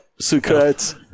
secrets